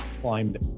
climbed